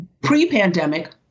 pre-pandemic